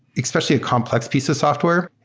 especially a complex piece of software,